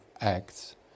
acts